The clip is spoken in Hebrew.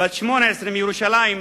בת 18 מירושלים.